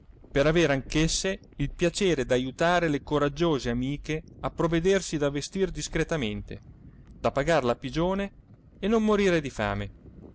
per avere anch'esse il piacere d'ajutare le coraggiose amiche a provvedersi da vestir discretamente da pagar la pigione e non morire di fame